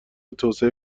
توسعه